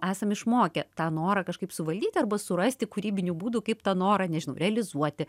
esam išmokę tą norą kažkaip suvaldyt arba surasti kūrybinių būdų kaip tą norą nežinau realizuoti